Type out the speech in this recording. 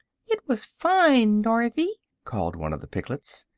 it was fine, dorothy, called one of the piglets.